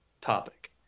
topic